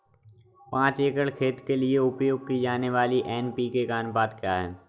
पाँच एकड़ खेत के लिए उपयोग की जाने वाली एन.पी.के का अनुपात क्या है?